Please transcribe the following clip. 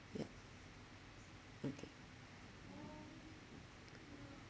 ya okay